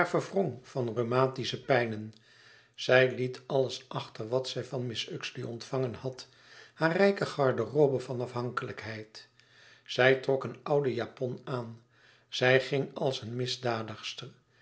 van rheumatische pijnen zij liet alles achter wat zij van mrs uxeley ontvangen had hare rijke garderobe van afhankelijkheid zij trok een ouden japon aan zij ging als een misdadigster